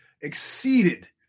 exceeded